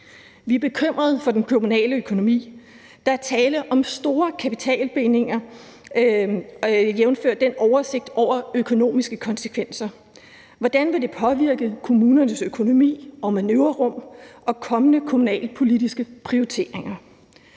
Vi er bekymrede for den kommunale økonomi. Der er tale om store kapitalbindinger, jævnfør oversigten over økonomiske konsekvenser. Hvordan vil det påvirke kommunernes økonomi, manøvrerum og kommende kommunalpolitiske prioriteringer?